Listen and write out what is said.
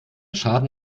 schaden